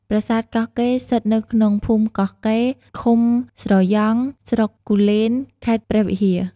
ប្រាសាទកោះកេរស្ថិតនៅក្នុងភូមិកោះកេរ្តិ៍ ឃុំស្រយ៉ង់ ស្រុកគូលែន ខេត្តព្រះវិហារ។